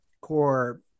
core